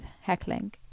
heckling